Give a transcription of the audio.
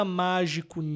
mágico